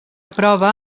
prova